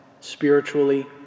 spiritually